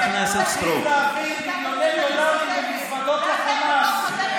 הממשלה מפירה אותו,